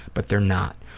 but they are not.